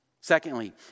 Secondly